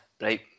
right